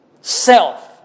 Self